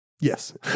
Yes